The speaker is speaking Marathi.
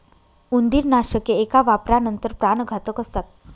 उंदीरनाशके एका वापरानंतर प्राणघातक असतात